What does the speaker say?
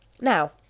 Now